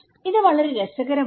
ഇത് വളരെ രസകരമാണ്